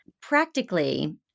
Practically